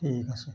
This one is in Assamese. ঠিক আছে